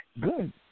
Good